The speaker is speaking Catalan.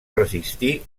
resistir